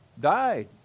died